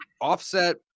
offset